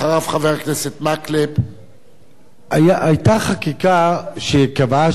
היתה חקיקה שקבעה שמועד הבחירות של המועצות האזוריות